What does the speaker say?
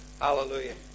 hallelujah